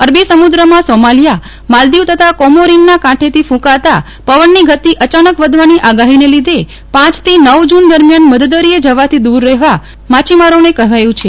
અરબી સમુદ્રમાં સોમાલીયા માલદીવ તથા કોમોરીનના કાંઠેથી ફૂંકાતા પવનની ગતિ અચાનક વધવાની આગાહીને લીધે પાંચથી નવ જૂન દરમ્યાન મધદરિયે જવાથી દૂર રહેવા માછીમારોને કહેવાયું છે